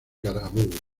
carabobo